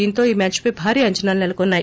దీంతో ఈ మ్యాచ్పై భారీ అంచనాలు నెలకొన్నాయి